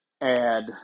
add